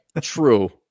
true